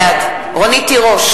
בעד רונית תירוש,